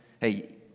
hey